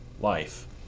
life